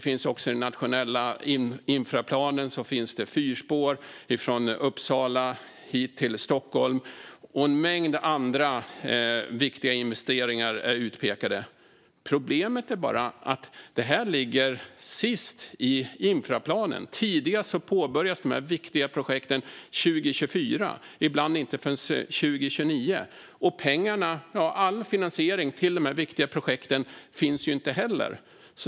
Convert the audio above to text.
I den nationella infraplanen finns det också fyrspår från Uppsala till Stockholm, och en mängd andra viktiga investeringar är utpekade. Problemet är bara att det här ligger sist i infraplanen. Som tidigast påbörjas dessa viktiga projekt 2024, ibland inte förrän 2029. Inte heller finns all finansiering till de här viktiga projekten.